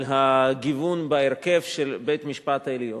על הגיוון בהרכב של בית-המשפט העליון.